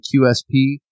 QSP